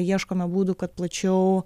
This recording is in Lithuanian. ieškome būdų kad plačiau